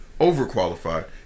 overqualified